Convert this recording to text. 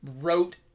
wrote